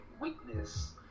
weakness